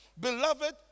Beloved